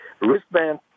wristband